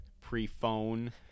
pre-phone